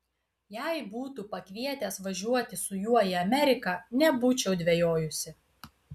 jei būtų pakvietęs važiuoti su juo į ameriką nebūčiau dvejojusi